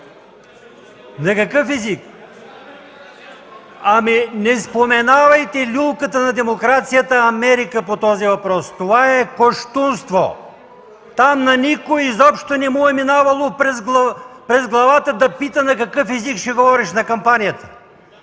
и реплики.) Не споменавайте люлката на демокрацията Америка по този въпрос. Това е кощунство. Там изобщо на никого не му е минавало през главата да пита на какъв език ще говориш на кампанията